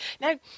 now